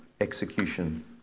execution